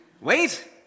Wait